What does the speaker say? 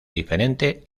diferente